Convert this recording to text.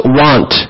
want